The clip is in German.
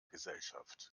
gesellschaft